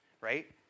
right